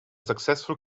successful